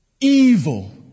evil